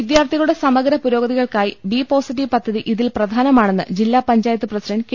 വിദ്യാർത്ഥികളുടെ സമഗ്ര പുരോഗതിക്കായി ബി പോസിറ്റീവ് പദ്ധതി ഇതിൽ പ്രധാനമാണെന്ന് ജില്ലാ പഞ്ചായത്ത് പ്രസിഡൻറ് കെ